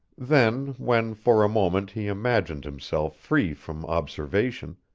then when, for a moment, he imagined himself free from observation,